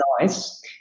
nice